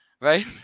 right